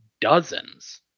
dozens